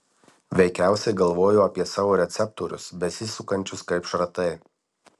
veikiausiai galvojo apie savo receptorius besisukančius kaip šratai